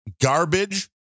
garbage